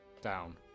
Down